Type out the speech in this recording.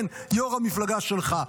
כן, יו"ר המפלגה שלך.